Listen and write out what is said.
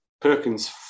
Perkins